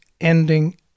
ending